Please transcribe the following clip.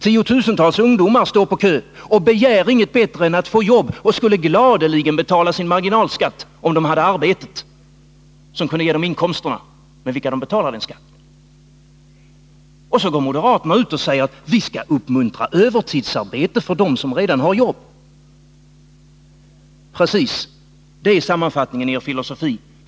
Tiotusentals ungdomar står i kö och begär ingenting bättre än att få jobb och skulle gladeligen betala sin marginalskatt om de hade arbetet som kunde ge dem inkomsterna med vilka de betalar skatten. Då går moderaterna ut och säger att vi skall uppmuntra övertidsarbete för dem som redan har jobb. Det är precis sammanfattningen av er filosofi.